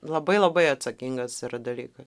labai labai atsakingas yra dalykas